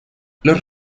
los